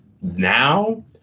now